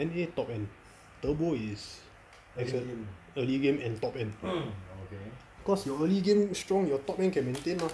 N_A top end turbo is acceleration early game and top end cause your early game strong your top end can maintain mah